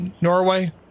Norway